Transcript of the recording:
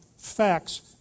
Facts